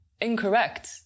incorrect